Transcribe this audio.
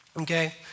Okay